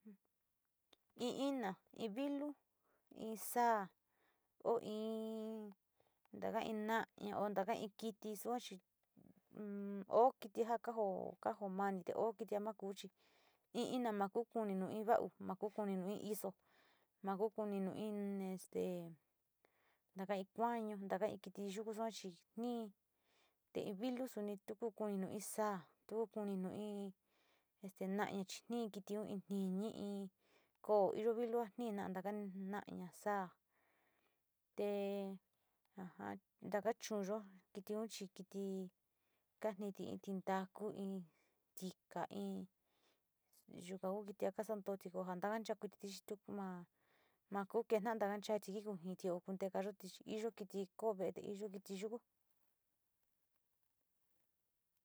In ina, in vilu, in sáá o in tkaa inna, taka in tiki suachi o kiti kajo nani, te okiti ma kuuchi, in ina ma kuu kuni un in vau, ma ku kuni nuin iso, ma ku kuni un in suni tu ku kuni un in sáá, tu ku kuni in, nai kitiun ni´i koo iyo vilua ni na taka na´aña, sáá te ja ja taka chuunyo kitiun chi kiti kaaniti in tintaku, in tika, in yuka ku kiti kasantooti koja ko jata cha chi tu maa kuu kentacha jikochanti te koyoti io kiti koo ve´e te iyo kiti yuku.